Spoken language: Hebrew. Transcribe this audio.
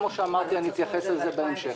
כפי שאמרתי, אתייחס לזה בהמשך.